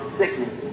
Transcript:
sickness